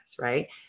right